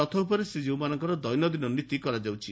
ରଥ ଉପରେ ଶ୍ରୀକୀଉମାନଙ୍କ ଦୈନନିନ ନୀତି କରାଯାଉଛି